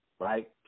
Right